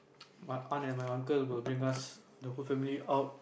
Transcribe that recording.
my aunt and uncle will bring us the whole family out